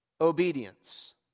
obedience